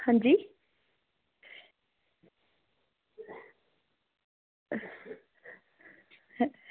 अंजी